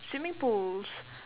swimming pools